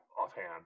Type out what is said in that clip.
offhand